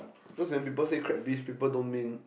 cause when people say crab bisque people don't mean